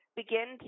begin